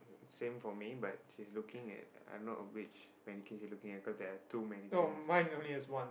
same for me but she's looking at I don't know which mannequins she's looking cause there are two mannequins